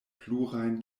plurajn